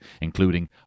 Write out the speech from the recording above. including